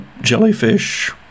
jellyfish